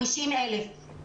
50,000. תגידי כמה.